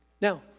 Now